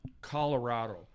Colorado